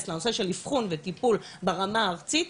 לנושא האבחון והטיפול ברמה הארצית.